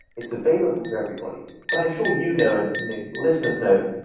it's available to everybody, but i'm sure you know and your listeners know,